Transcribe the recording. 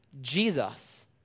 Jesus